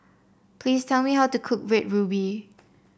please tell me how to cook Red Ruby